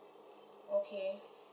okay